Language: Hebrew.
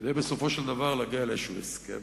כדי בסופו של דבר להגיע לאיזה הסכם.